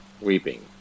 weeping